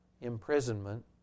imprisonment